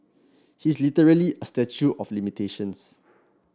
he is literally a statue of limitations